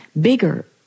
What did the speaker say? bigger